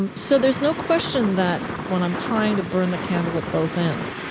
and so there's no question that, when i'm trying to burn the candle at both ends,